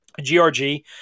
GRG